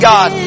God